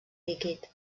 líquid